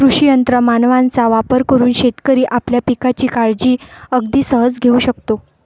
कृषी यंत्र मानवांचा वापर करून शेतकरी आपल्या पिकांची काळजी अगदी सहज घेऊ शकतो